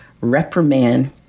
reprimand